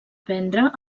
prendre